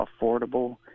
affordable